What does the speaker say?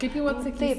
kaip jau atsakysi